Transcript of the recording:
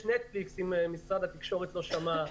יש נטפליקס, אם משרד התקשורת לא שמע.